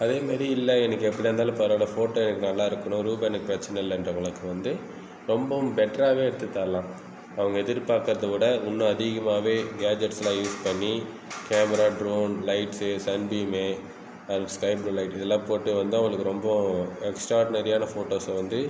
அதேமாரி இல்லை எனக்கு எப்படி இருந்தாலும் பரவாயில்ல போட்டோ எனக்கு நல்லா இருக்கணும் ரூபா எனக்கு பிரச்சின்ன இல்லை இன்றவங்களுக்கு வந்து ரொம்பவும் பெட்டராகவே எடுத்து தரலா அவங்க எதிர் பார்க்குறதவிட இன்னம் அதிகமாகவே கெட்ஜெட்ஸ்லாம் யூஸ் பண்ணி camera drone lights sunbeam sky blue light இதெலாம் போட்டு வந்து அவங்களுக்கு ரொம்பவும் எக்ஸ்ட்ராடெனெரியான போட்டோஸ் வந்து